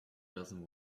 doesn’t